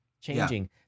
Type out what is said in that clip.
changing